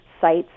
sites